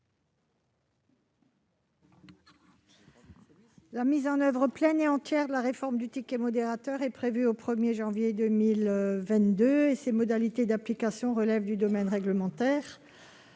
La mise en oeuvre pleine et entière de la réforme du ticket modérateur est prévue au 1 janvier 2022 et ses modalités d'application relèvent du domaine réglementaire.